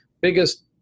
biggest